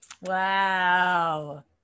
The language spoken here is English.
wow